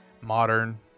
modern